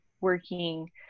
working